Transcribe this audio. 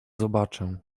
zobaczę